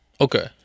Okay